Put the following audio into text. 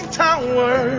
tower